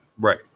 Right